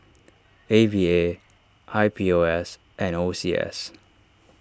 A V A I P O S and O C S